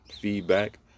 feedback